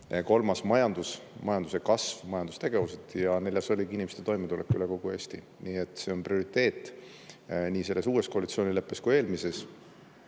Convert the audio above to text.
Kolmas – majandus, majanduse kasv, majandustegevused. Ja neljas oligi inimeste toimetulek üle kogu Eesti. Nii et see on prioriteet nii selles uues koalitsioonileppes kui eelmises.